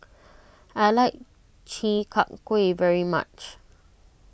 I like Chi Kak Kuih very much